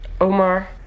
Omar